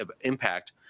impact